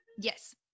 Yes